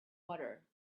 water